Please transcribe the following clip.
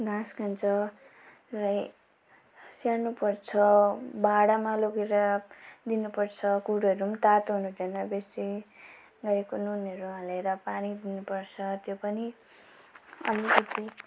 घाँस खान्छ र यही स्याहार्नु पर्छ भाँडामा लगेर दिनुपर्छ कुँडोहरू पनि तातो हुनुहुँदैन बेसी रहेको नुनहरू हालेर पानी दिनुपर्छ त्यो पनि अलिकति